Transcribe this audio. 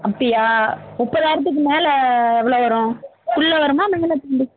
அப்படியா முப்பதாயிரதுக்கு மேலே எவ்வளோ வரும் குள்ள வருமா எப்படி